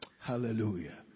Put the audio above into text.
Hallelujah